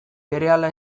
berehala